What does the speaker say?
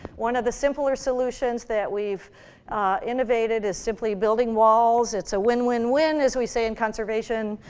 one of the simpler solutions that we've innovated is simply building walls. it's a win, win, win as we say in conservation.